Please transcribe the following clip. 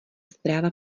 zpráva